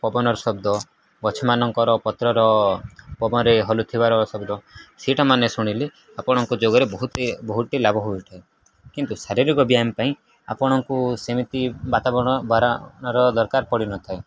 ପବନର ଶବ୍ଦ ଗଛମାନଙ୍କର ପତ୍ରର ପବନରେ ହଲୁଥିବାର ଶବ୍ଦ ସେଇଟା ମାନ ଶୁଣିଲେ ଆପଣଙ୍କ ଯୋଗରେ ବହୁତ ବହୁଟି ଲାଭ ହୋଇଥାଏ କିନ୍ତୁ ଶାରୀରିକ ବ୍ୟାୟାମ ପାଇଁ ଆପଣଙ୍କୁ ସେମିତି ବାତାବରଣର ଦରକାର ପଡ଼ିନଥାଏ